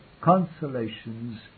consolations